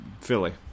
Philly